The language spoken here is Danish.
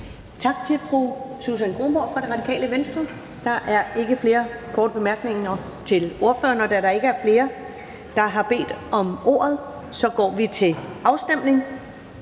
Tak til fru Susan Kronborg fra Det Radikale Venstre. Der er ikke flere korte bemærkninger til ordføreren. Da der ikke er flere, der har bedt om ordet, går vi til afstemning.